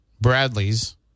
Bradley's